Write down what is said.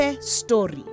Story